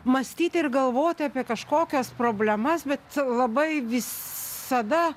mąstyti ir galvoti apie kažkokias problemas bet labai visada